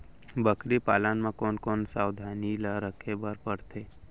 बकरी पालन म कोन कोन सावधानी ल रखे बर पढ़थे?